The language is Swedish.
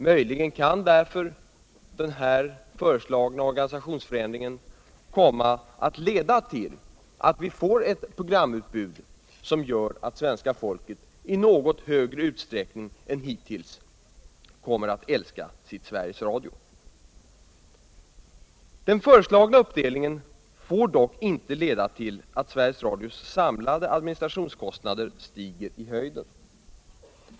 Möjligen kan därför den föreslagna organisationsförändringen komma att leda till att vi får ett programutbud som gör att svenska folket i något större utsträckning än hittills kommer att älska sitt Sveriges Rudio. Den föreslagna uppdelningen får dock inte leda till att Sveriges Radios samlade administrationskostnader stiger i höjden.